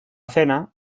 cena